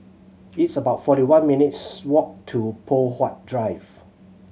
it's about forty one minutes' walk to Poh Huat Drive